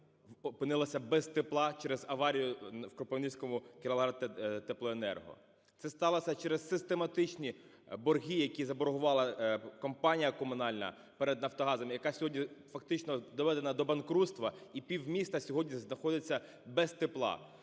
опинилися без тепла через аварію в Кропивницькому "Кіровоградтеплоенерго". Це сталося через систематичні борги, які заборгувала компанія комунальна перед "Нафтогазом", яка сьогодні фактично доведена до банкрутства і півміста сьогодні знаходяться без тепла.